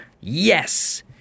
Yes